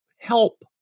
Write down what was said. help